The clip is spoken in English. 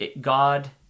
God